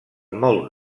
molt